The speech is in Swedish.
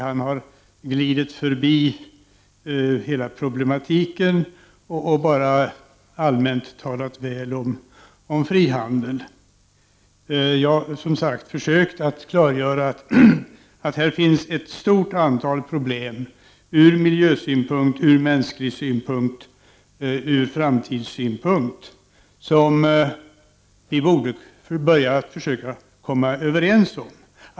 Han har glidit förbi hela problematiken och bara allmänt talat väl om frihandel. Jag har som sagt försökt klargöra att här finns ett stort antal problem — ur miljösynpunkt, ur mänsklig synpunkt, ur framtidssynpunkt — som vi borde försöka komma överens om.